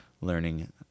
learning